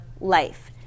life